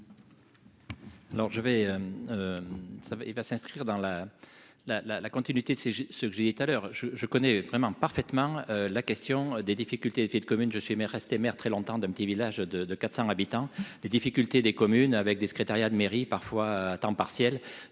ça va, il va s'inscrire dans la la la la continuité, c'est ce que j'ai dit tout à l'heure je je connais vraiment parfaitement la question des difficultés de communes, je suis maire, rester maire très longtemps d'un petit village de 400 habitants les difficultés des communes avec des secrétariat de mairie parfois à temps partiel